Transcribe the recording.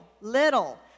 little